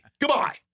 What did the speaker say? Goodbye